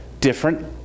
Different